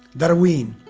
darween,